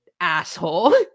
asshole